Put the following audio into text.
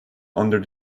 under